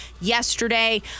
yesterday